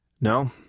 No